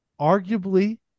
Arguably